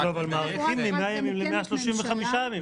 אבל מאריכים מ-100 ימים ל-135 ימים.